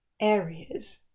areas